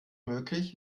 möglich